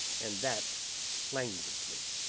and that languidly.